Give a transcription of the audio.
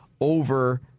over